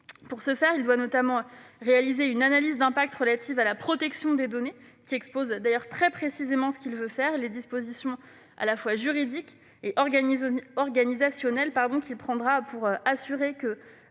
Pour ce faire, le ministère doit notamment réaliser une analyse d'impact relative à la protection des données dans laquelle il expose très précisément ce qu'il veut faire et quelles dispositions à la fois juridiques et organisationnelles il prendra pour assurer que